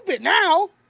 now